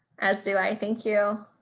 as do i. thank you.